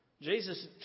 Jesus